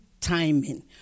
timing